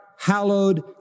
hallowed